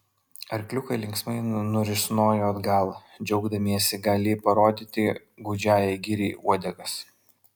arkliukai linksmai nurisnojo atgal džiaugdamiesi galį parodyti gūdžiajai giriai uodegas